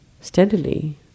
steadily